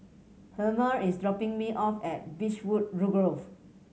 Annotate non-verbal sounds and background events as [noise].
Helmer is dropping me off at Beechwood [unintelligible] Grove